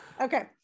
Okay